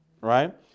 right